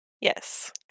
yes